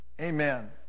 Amen